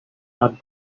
not